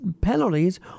penalties